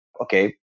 Okay